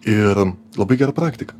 ir labai gera praktika